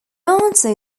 answer